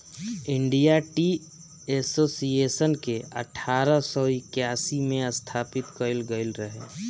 India tea association के अठारह सौ इक्यासी में स्थापित कईल गईल रहे